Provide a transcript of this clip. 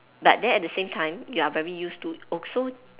but then at the same time you are very used to also